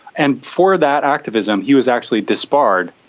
and for that activism he was actually disbarred.